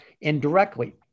indirectly